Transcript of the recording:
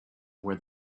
where